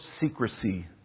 secrecy